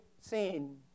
sin